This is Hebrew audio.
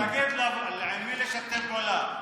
תגיד עם מי לשתף פעולה,